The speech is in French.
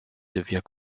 devient